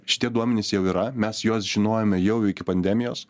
šitie duomenys jau yra mes juos žinojome jau iki pandemijos